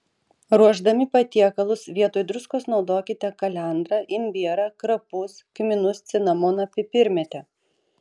ruošdami patiekalus vietoj druskos naudokite kalendrą imbierą krapus kmynus cinamoną pipirmėtę